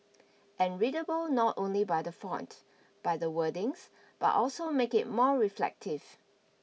and readable not only by the font by the wordings but also make it more reflective